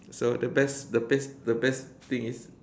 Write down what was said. so the best the best the best thing is